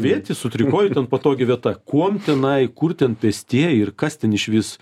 vėti su trikoju ten patogi vieta kuom tenai kur ten pėstieji ir kas ten išvis